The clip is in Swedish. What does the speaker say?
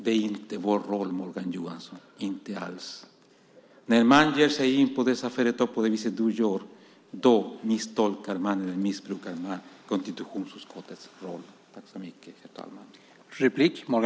Det är inte vår roll, Morgan Johansson, inte alls. När man ger sig in på dessa företag på det vis som du gör missbrukar man konstitutionsutskottets roll.